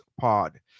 Pod